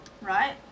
Right